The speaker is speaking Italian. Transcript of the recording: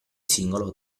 singolo